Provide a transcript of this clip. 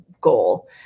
goal